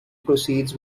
proceeds